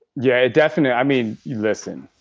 yeah, it definitely. i mean, listen.